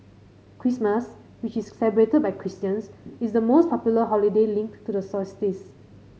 Christmas which is celebrated by Christians is the most popular holiday linked to the solstice